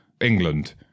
England